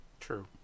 true